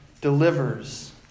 delivers